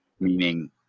meaning